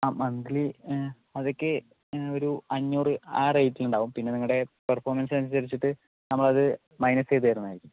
ആ മന്തിലി ആ അതൊക്കെ ഒരു അഞ്ഞൂറ് ആ റേറ്റ് ഉണ്ടാകും പിന്നെ നിങ്ങളുടെ പെർഫോമൻസ് അനുസരിച്ചിട്ട് നമ്മൾ അത് മൈനസ് ചെയ്ത് തരുന്നതായിരിക്കും